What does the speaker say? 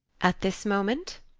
at this moment?